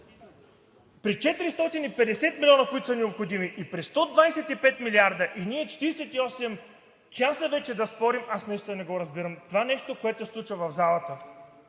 при 450 милиона, които са необходими, и при 125 милиарда, ние 48 часа вече да спорим, аз наистина не го разбирам това нещо, което се случва в залата.